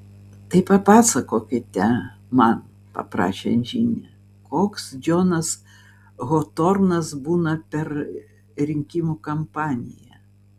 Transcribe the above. tai papasakokite man paprašė džinė koks džonas hotornas būna per rinkimų kampaniją